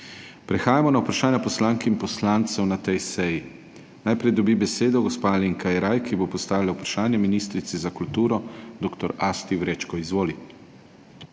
Prehajamo na vprašanja poslank in poslancev na tej seji. Najprej dobi besedo gospa Alenka Jeraj, ki bo postavila vprašanje ministrici za kulturo dr. Asti Vrečko. Izvoli.